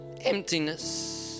emptiness